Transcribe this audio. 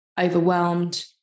overwhelmed